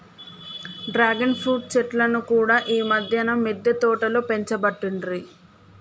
dragon fruit చెట్లను కూడా ఈ మధ్యన మిద్దె తోటలో పెంచబట్టిండ్రు